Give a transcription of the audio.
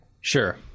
sure